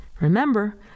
Remember